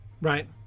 right